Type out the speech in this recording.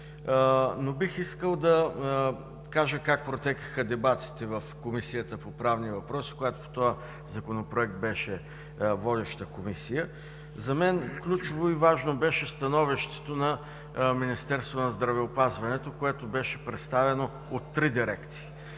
Но бих искал да кажа как протекоха дебатите в Комисията по правни въпроси, която по този законопроект беше водеща Комисия. За мен ключово и важно беше становището на Министерството на здравеопазването, което беше представено от три дирекции